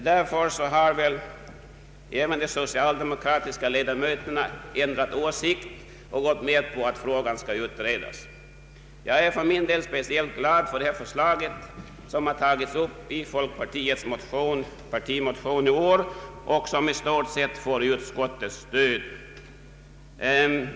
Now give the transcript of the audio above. Därför har väl de socialdemokratiska ledamöterna ändrat åsikt och gått med på att frågan skall utredas. Jag är för min del speciellt glad för att det förslag, som har tagits upp i folkpartiets partimotion i år, i stort sett fått utskottets stöd.